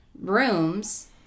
rooms